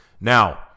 Now